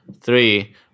Three